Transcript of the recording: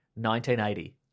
1980